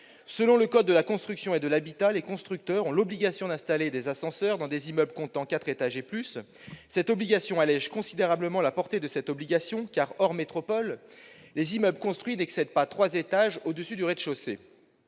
selon le code de la construction et de l'habitation, les constructeurs ont l'obligation d'installer des ascenseurs dans les immeubles comptant quatre étages et plus. Cette restriction allège considérablement la portée de cette obligation. En effet, hors métropoles, les immeubles construits n'excèdent pas trois étages au-dessus du rez-de-chaussée.